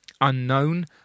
unknown